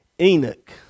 Enoch